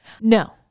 No